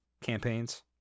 campaigns